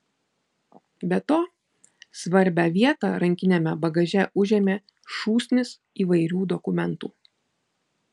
be to svarbią vietą rankiniame bagaže užėmė šūsnis įvairių dokumentų